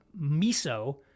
MISO